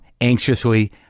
anxiously